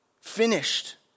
finished